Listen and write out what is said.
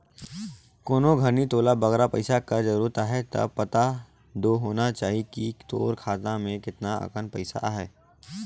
कोनो घनी तोला बगरा पइसा कर जरूरत अहे ता पता दो होना चाही कि तोर खाता में केतना अकन पइसा अहे